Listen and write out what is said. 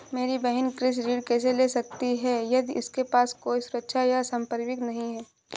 मेरी बहिन कृषि ऋण कैसे ले सकती है यदि उसके पास कोई सुरक्षा या संपार्श्विक नहीं है?